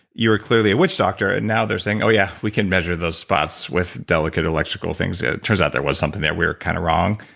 you were clearly a which doctor and now they're saying, oh yeah, we can measure those spots with delicate electrical things. turns out there was something there, we were kind of wrong,